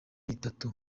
bitatu